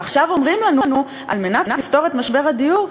ועכשיו אומרים לנו: על מנת לפתור את משבר הדיור,